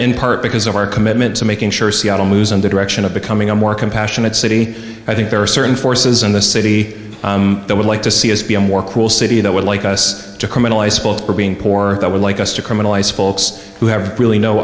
in part because of our commitment to making sure seattle moves in the direction of becoming a more compassionate city i think there are certain forces in this city that would like to see is be a more cool city that would like us to criminalize being poor that would like us to criminalize folks who have really no